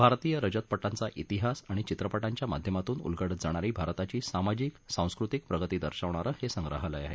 भारतीय रजतपटांचा इतिहास आणि चित्रपटांच्या माध्यमातून उलगडत जाणारी भारताची सामाजिक सांस्कृतिक प्रगती दर्शवणारं हे संग्रहालय आहे